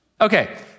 Okay